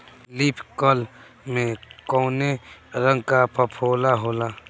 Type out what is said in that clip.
Leaf curl में कौने रंग का फफोला होला?